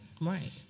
right